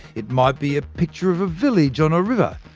it might be a picture of a village on a river,